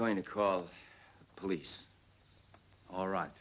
going to call the police all right